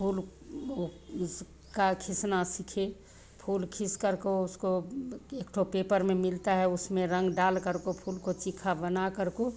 फूल को खीसना सीखे फूल खीस करके उसको एकठो पेपर में मिलता है उसमें रंग डाल करके फूल को शिखा बना करको